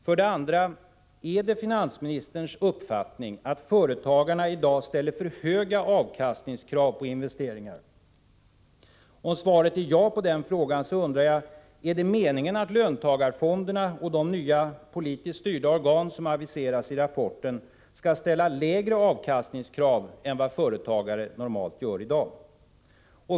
För det andra: Är det finansministerns uppfattning att företagarna i dag ställer för höga avkastningskrav på investeringar? Om svaret på den frågan är ja, undrar jag: Är det meningen att löntagarfonderna och de nya, politiskt styrda organ som aviseras i rapporten skall ställa lägre avkastningskrav än vad företagare normalt gör i dag?